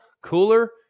cooler